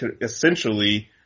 essentially